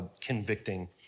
convicting